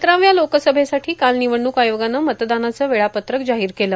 सतराव्या लोकसभेसाठी काल निवडणुक आयोगानं मतदानाचं वेळापत्रक जाहीर केले